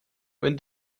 when